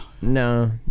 No